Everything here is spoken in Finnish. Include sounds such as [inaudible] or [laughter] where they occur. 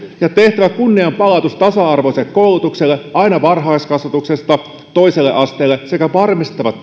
ja on tehtävä kunnianpalautus tasa arvoiselle koulutukselle aina varhaiskasvatuksesta toiselle asteelle sekä varmistettava [unintelligible]